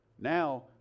Now